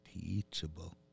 teachable